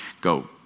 go